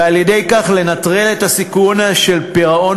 ועל-ידי כך לנטרל את הסיכון של פירעון